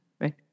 right